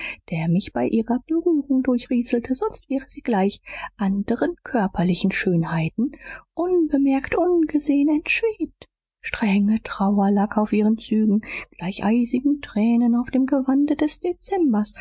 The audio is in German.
der mich bei ihrer berührung durchrieselte sonst wäre sie gleich anderen körperlichen schönheiten unbemerkt ungesehen entschwebt strenge trauer lag auf ihren zügen gleich eisigen tränen auf dem gewande des dezember